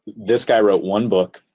this guy wrote one book.